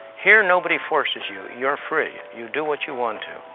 here nobody forces you, you're free, you do what you want to.